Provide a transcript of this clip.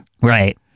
Right